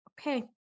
Okay